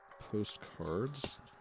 Postcards